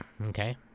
okay